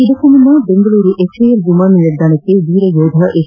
ಇದಕ್ಕೂ ಮುನ್ನ ಬೆಂಗಳೂರಿನ ಎಚ್ಎಎಲ್ ವಿಮಾನ ನಿಲ್ದಾಣಕ್ಕೆ ವೀರ ಯೋಧ ಎಚ್